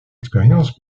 expérience